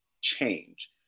change